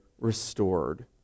restored